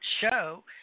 show